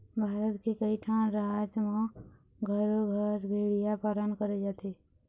भारत के कइठन राज म घरो घर भेड़िया पालन करे जाथे